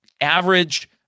average